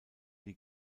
die